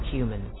Human